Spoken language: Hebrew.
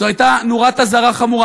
זו הייתה נורת אזהרה חמורה.